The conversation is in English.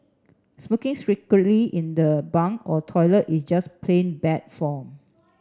smoking secretly in the bunk or toilet is just plain bad form